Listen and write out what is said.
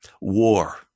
war